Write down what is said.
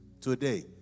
Today